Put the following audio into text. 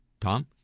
Tom